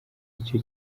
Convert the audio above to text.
icyo